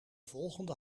volgende